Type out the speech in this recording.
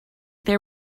there